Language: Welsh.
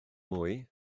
mwy